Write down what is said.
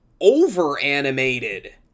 over-animated